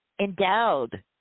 endowed